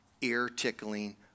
ear-tickling